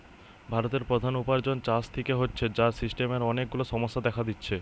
ভারতের প্রধান উপার্জন চাষ থিকে হচ্ছে, যার সিস্টেমের অনেক গুলা সমস্যা দেখা দিচ্ছে